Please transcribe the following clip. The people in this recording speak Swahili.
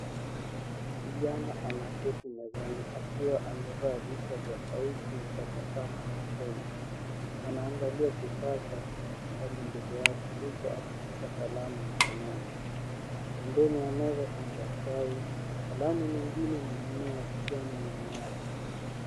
Kijana anaketi mezani akiwa amevaa vichwa vya sauti na tabasamu usoni. Anaangalia kifaa cha kidijitali mbele yake huku akishika kalamu mkononi. Pembeni ya meza kuna daftari, kalamu nyingine na mimea ya kijani nyuma yake.